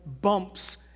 bumps